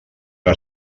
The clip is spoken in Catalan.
ara